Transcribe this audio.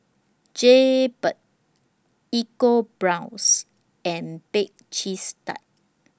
Jaybird EcoBrown's and Bake Cheese Tart